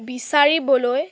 বিচাৰিবলৈ